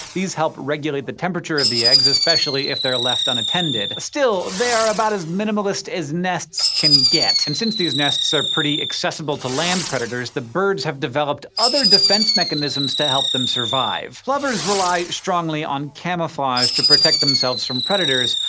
these help regulate the temperature of the eggs, especially if they're left unattended. still, they are about as minimalist as nests can get. and since these nests are pretty accessible to land predators, the birds have developed other defense mechanisms to help them survive. plovers rely strongly on camouflage to protect themselves from predators.